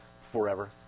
forever